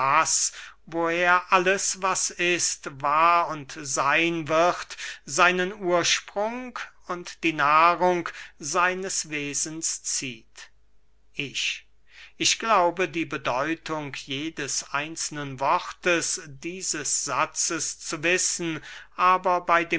woher alles was ist war und seyn wird seinen ursprung und die nahrung seines wesens zieht ich ich glaube die bedeutung jedes einzelnen wortes dieses satzes zu wissen aber bey